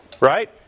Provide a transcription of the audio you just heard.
Right